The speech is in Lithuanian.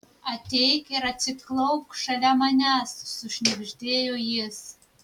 ateik ir atsiklaupk šalia manęs sušnabždėjo jis